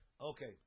Okay